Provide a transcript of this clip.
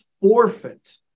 forfeit